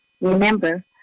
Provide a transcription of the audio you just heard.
Remember